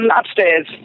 upstairs